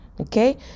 Okay